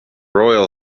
royal